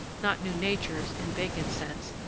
not new natures in bacon's sense,